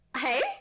hey